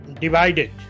divided